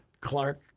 Clark